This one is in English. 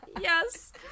Yes